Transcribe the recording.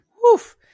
Woof